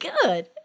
good